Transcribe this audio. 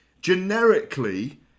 Generically